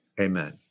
amen